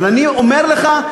אבל אני אומר לך,